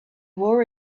war